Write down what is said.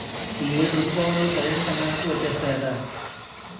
ఈ ఏడు రుతుపవనాలు సరైన సమయానికి వచ్చేత్తాయట